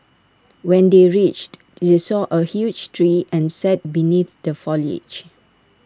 when they reached they saw A huge tree and sat beneath the foliage